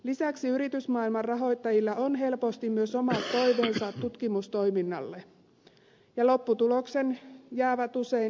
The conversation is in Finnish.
lisäksi yritysmaailman rahoittajilla on helposti myös omat toiveensa tutkimustoiminnalle ja lopputulokset jäävät usein yrityssalaisuuden piiriin